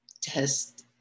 test